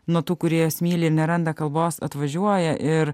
nuo tų kurie juos myli ir neranda kalbos atvažiuoja ir